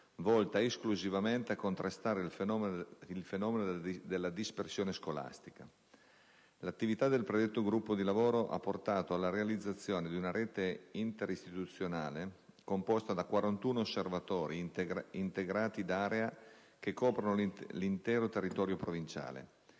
volta esclusivamente a contrastare il fenomeno della dispersione scolastica. L'attività del predetto gruppo di lavoro ha portato alla realizzazione di una rete interistituzionale composta da 41 Osservatori integrati d'area che coprono l'intero territorio provinciale.